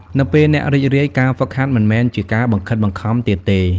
នៅពេលអ្នករីករាយ ការហ្វឹកហាត់មិនមែនជាការបង្ខិតបង្ខំទៀតទេ។